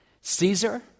Caesar